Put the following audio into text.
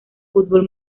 futbol